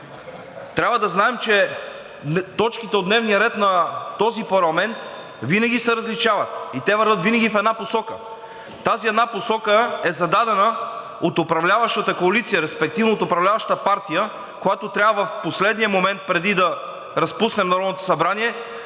трябва да знаем, че точките от дневния ред на този парламент винаги се различават и те вървят винаги в една посока. Тази една посока е зададена от управляващата коалиция, респективно от управляващата партия, която трябва в последния момент преди да разпуснем Народното събрание,